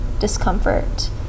discomfort